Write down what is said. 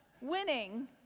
winning